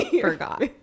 forgot